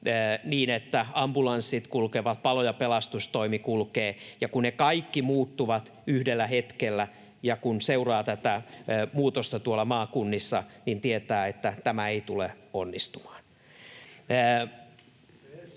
niin, että ambulanssit kulkevat, palo- ja pelastustoimi kulkee. Ja kun ne kaikki muuttuvat yhdellä hetkellä ja kun seuraa tätä muutosta tuolla maakunnissa, niin tietää, että tämä ei tule onnistumaan.